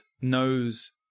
knows